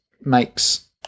makes